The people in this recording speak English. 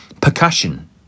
percussion